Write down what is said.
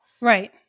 Right